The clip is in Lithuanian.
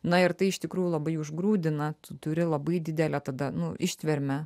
na ir tai iš tikrųjų labai užgrūdina tu turi labai didelę tada nu ištvermę